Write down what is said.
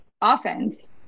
offense